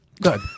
good